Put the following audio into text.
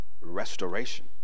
restoration